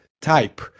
type